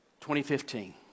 2015